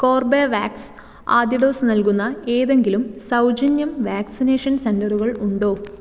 Corbevax ആദ്യ dose നൽകുന്ന ഏതെങ്കിലും സൗജന്യം വാക്സിനേഷൻ സെൻ്ററുകൾ ഉണ്ടോ